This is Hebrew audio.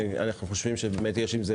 אנחנו חושבים שבאמת יש עם זה